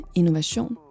innovation